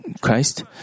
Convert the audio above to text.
Christ